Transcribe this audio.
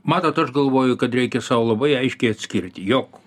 matot aš galvoju kad reikia sau labai aiškiai atskirti jog